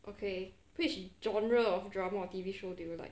okay which genre of drama or T_V shows do you like